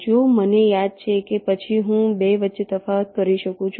જો મને યાદ છે કે પછી હું 2 વચ્ચે તફાવત કરી શકું છું